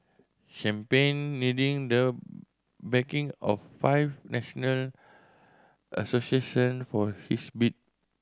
champion needing the backing of five national association for his bid